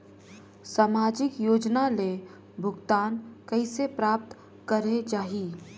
समाजिक योजना ले भुगतान कइसे प्राप्त करे जाहि?